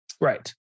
right